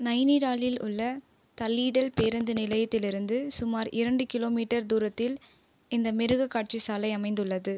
நைனிடாலில் உள்ள தலிடல் பேருந்து நிலையத்திலிருந்து சுமார் இரண்டு கிலோமீட்டர் தூரத்தில் இந்த மிருகக்காட்சிசாலை அமைந்துள்ளது